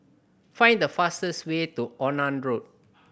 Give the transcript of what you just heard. find the fastest way to Onan Road